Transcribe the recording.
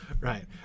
right